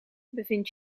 bevind